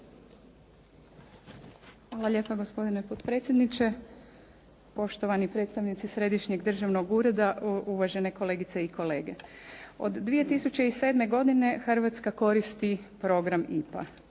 Hvala lijepa gospodine potpredsjedniče, poštovani predstavnici Središnjeg državnog ureda, uvažene kolegice i kolege. Od 2007. godine Hrvatska koristi program IPA,